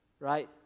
Right